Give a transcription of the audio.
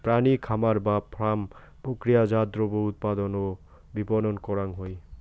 প্রাণী খামার বা ফার্ম প্রক্রিয়াজাত দ্রব্য উৎপাদন ও বিপণন করাং হই